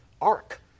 ark